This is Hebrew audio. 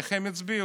איך הם הצביעו?